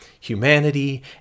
humanity